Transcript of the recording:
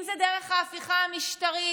אם זה דרך ההפיכה המשטרית,